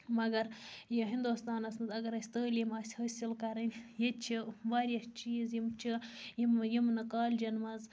مگر یہِ ہِنٛدوستانَس منٛز اگر اَسہِ تعلیٖم آسہِ حٲصِل کَرٕنۍ ییٚتہِ چھِ واریاہ چیٖز یِم چھِ یِم یِم نہٕ کالجَن منٛز